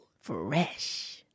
Fresh